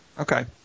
Okay